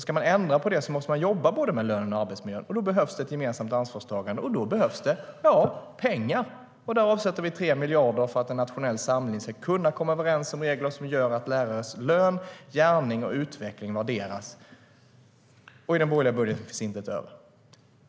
Ska man ändra på det måste man jobba både med lön och arbetsmiljö. Då behövs det ett gemensamt ansvarstagande, och då behövs det pengar. Därför avsätter vi 3 miljarder för att en nationell samling ska kunna komma överens om regler som gör att lärarnas löner, gärning och utveckling värderas. I den borgerliga budgeten finns inte ett öre.